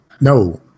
No